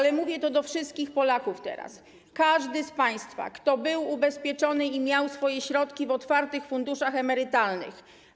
Teraz mówię to do wszystkich Polaków, bo to dotyczy każdego z państwa, kto był ubezpieczony i miał swoje środki w otwartych funduszach emerytalnych: